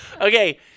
Okay